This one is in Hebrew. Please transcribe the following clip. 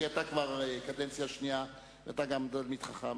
כי אתה כבר קדנציה שנייה ואתה גם תלמיד חכם